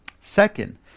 Second